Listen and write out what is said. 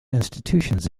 institutions